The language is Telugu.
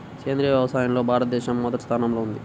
సేంద్రీయ వ్యవసాయంలో భారతదేశం మొదటి స్థానంలో ఉంది